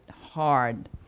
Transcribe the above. hard